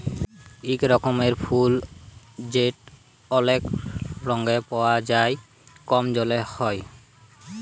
ইক রকমের ফুল যেট অলেক রঙে পাউয়া যায় কম জলে হ্যয়